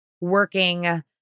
working